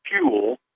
fuel